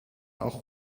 auch